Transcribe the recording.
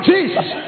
Jesus